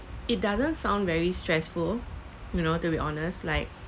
it doesn't sound very stressful you know to be honest like